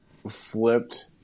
Flipped